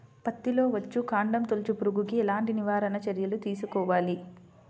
పత్తిలో వచ్చుకాండం తొలుచు పురుగుకి ఎలాంటి నివారణ చర్యలు తీసుకోవాలి?